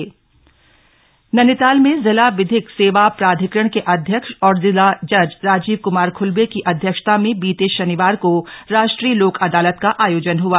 राष्ट्रीय लोक अदालत नैनीताल में जिला विधिक सेवा प्राधिकरण के अध्यक्ष और जिला जज राजीव कुमार खुल्बे की अध्यक्षता में बीते शनिवार को राष्ट्रीय लोक अदालत का आयोजन हआ